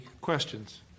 questions